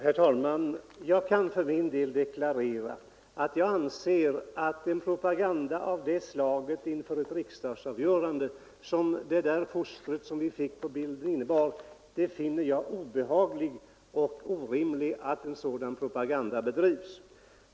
Fru talman! Jag vill för min del deklarera att den propaganda inför ett riksdagsavgörande, som denna fosterbild innebär, finner jag mycket obehaglig. Det är orimligt att en sådan propaganda bedrivs!